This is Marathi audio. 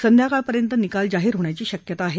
संध्याकाळपर्यंत निकाल जाहीर होण्याची शक्यता आहे